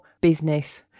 business